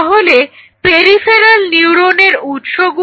তাহলে পেরিফেরাল নিউরোনের উৎস গুলো কি কি